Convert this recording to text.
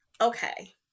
Okay